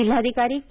जिल्हाधिकारी के